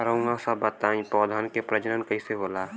रउआ सभ बताई पौधन क प्रजनन कईसे होला?